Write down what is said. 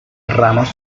ramas